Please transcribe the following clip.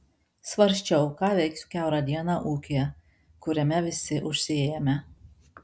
svarsčiau ką veiksiu kiaurą dieną ūkyje kuriame visi užsiėmę